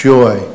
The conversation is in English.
Joy